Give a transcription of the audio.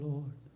Lord